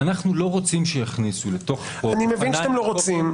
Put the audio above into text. אנחנו לא רוצים שיכניסו לתוך החוף -- אני מבין שאתם לא רוצים.